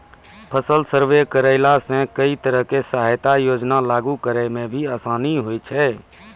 फसल सर्वे करैला सॅ कई तरह के सहायता योजना लागू करै म भी आसानी होय छै